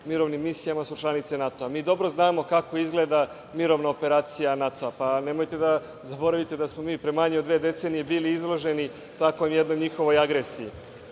mirovnim misijama su članice NATO. Mi dobro znamo kako izgleda mirovna operacija NATO. Nemojte da zaboravite da smo mi pre manje od dve decenije bili izloženi takvoj jednoj njihovoj agresiji.